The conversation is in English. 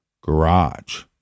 garage